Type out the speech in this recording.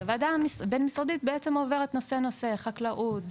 אז הוועדה הבין משרדית בעצם עוברת נושא-נושא: חקלאות,